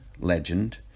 legend